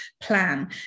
plan